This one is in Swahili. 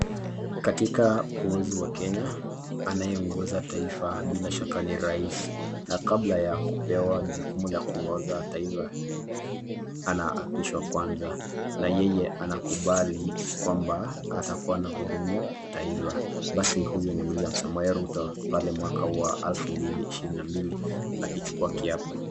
Katika uongozi wa Kenya, anayeongoza taifa bila shaka ni rais na kabla ya kupewa jukumu la kuongoza taifa anaapishwa kwanza na yeye anakubali kwamba atakuwa anahudumia taifa. Basi huyu ni William Samoei Ruto pale mwaka 2022 akichukua kiapo.